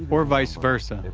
or vice versa,